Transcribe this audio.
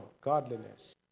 godliness